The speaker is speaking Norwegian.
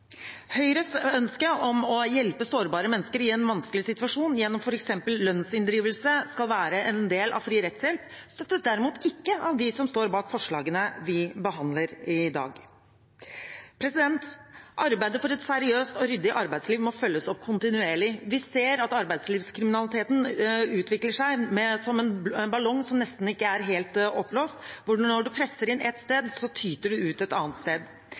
Høyres ønske om å hjelpe sårbare mennesker i en vanskelig situasjon gjennom f.eks. at lønnsinndrivelse skal være en del av fri rettshjelp, støttes derimot ikke av dem som står bak forslagene vi behandler i dag. Arbeidet for et seriøst og ryddig arbeidsliv må følges opp kontinuerlig. Vi ser at arbeidslivskriminaliteten utvikler seg som en ballong som ikke er helt oppblåst – når man presser inn ett sted, tyter det ut et annet sted.